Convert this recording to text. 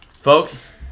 folks